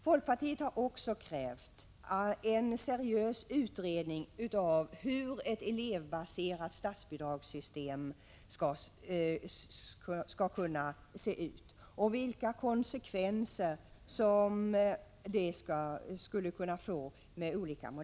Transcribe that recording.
Folkpartiet har också krävt en seriös utredning av hur ett elevbaserat statsbidragssystem skulle kunna se ut och vilka konsekvenser olika modeller skulle kunna få.